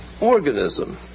organism